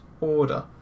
order